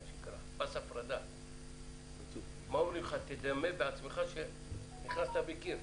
מה אומרים לך תדמה את עצמך שנכנסת בקיר,